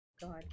God